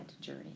journey